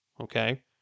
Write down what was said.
okay